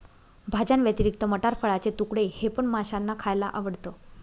भाज्यांव्यतिरिक्त मटार, फळाचे तुकडे हे पण माशांना खायला आवडतं